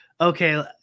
okay